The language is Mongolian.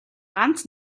ганц